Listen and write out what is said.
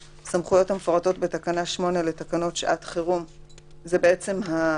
לשהות בבידוד" זה לא צריך להיות כאן,